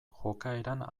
jokaeran